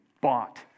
bought